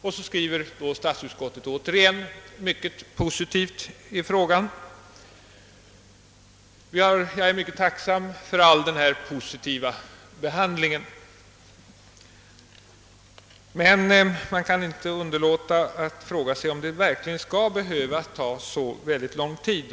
Och så skrev statsutskottet åter mycket positivt i frågan. Jag är mycket tacksam för all denna positiva behandling. Men man kan inte underlåta att fråga sig om det verkligen skall behöva ta så lång tid.